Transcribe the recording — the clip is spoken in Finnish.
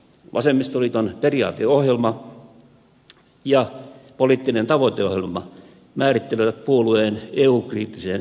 vasemmistoliiton periaateohjelma ja poliittinen tavoiteohjelma määrittelevät puolueen eu kriittisen linjan